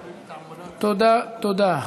תודה, תודה.